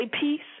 peace